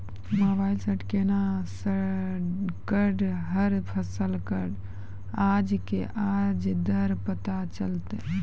Mobile सऽ केना कऽ हर फसल कऽ आज के आज दर पता चलतै?